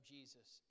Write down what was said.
Jesus